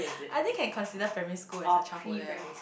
I think can consider primary school as a childhood leh